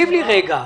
- מה